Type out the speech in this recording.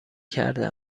کرده